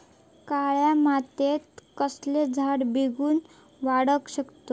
काळ्या मातयेत कसले झाडा बेगीन वाडाक शकतत?